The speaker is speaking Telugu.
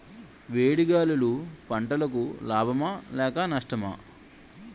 వేడి గాలులు పంటలకు లాభమా లేక నష్టమా?